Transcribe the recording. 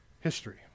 history